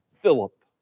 Philip